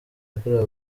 yakorewe